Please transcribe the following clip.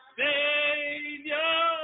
savior